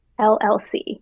LLC